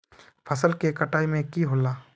फसल के कटाई में की होला?